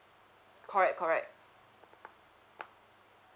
correct correct